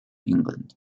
england